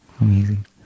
Amazing